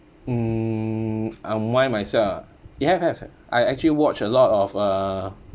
mm unwind myself ah ya have have I actually watch a lot of uh